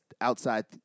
outside